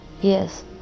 yes